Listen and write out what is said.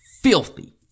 filthy